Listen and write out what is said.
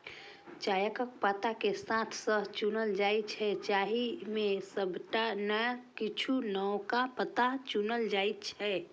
चायक पात कें हाथ सं चुनल जाइ छै, जाहि मे सबटा नै किछुए नवका पात चुनल जाइ छै